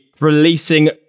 releasing